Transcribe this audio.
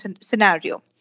scenario